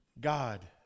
God